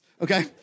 okay